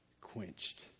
quenched